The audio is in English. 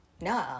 No